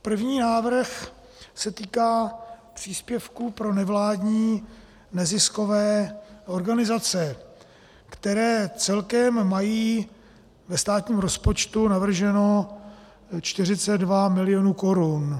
První návrh se týká příspěvku pro nevládní neziskové organizace, které celkem mají ve státním rozpočtu navrženo 42 milionů Kč.